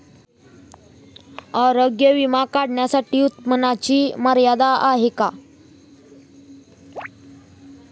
आरोग्य विमा काढण्यासाठी उत्पन्नाची मर्यादा आहे का?